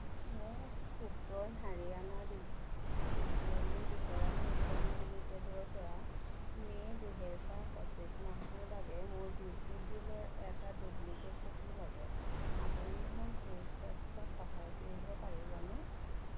মোক উত্তৰ হাৰিয়ানা বিজুলী বিতৰণ নিগম লিমিটেডৰপৰা মে' দুহেজাৰ পঁচিছ মাহৰ বাবে মোৰ বিদ্যুৎ বিলৰ এটা ডুপ্লিকেট কপি লাগে আপুনি মোক এই ক্ষেত্ৰত সহায় কৰিব পাৰিবনে